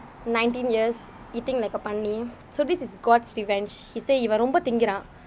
nineteen years eating like a பண்ணி:panni so this is god's revenge he say இவன் ரொம்ப திங்குறான்:ivan romba thinguraan